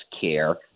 care